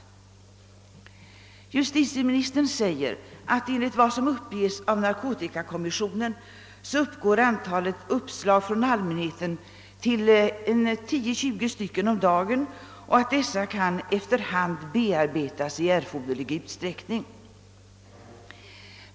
Justitieministern säger att enligt vad som uppges av narkotikakommissionen uppgår antalet uppslag från allmänheten till 10—20 om dagen och att dessa efter hand kan bearbetas i erforderlig utsträckning.